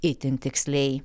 itin tiksliai